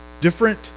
Different